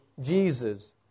Jesus